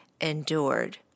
endured